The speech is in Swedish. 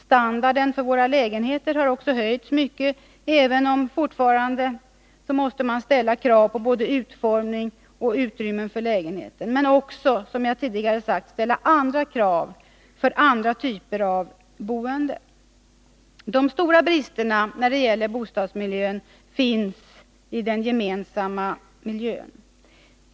Standarden för våra lägenheter har också höjts mycket även om man fortfarande måste ställa krav på både utformning och utrymmen i lägenheten. Men man måste också, som jag tidigare sagt, ställa andra krav för andra typer av boende. De stora bristerna när det gäller bostadsmiljön finns i den gemensamma miljön.